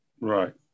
right